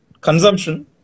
consumption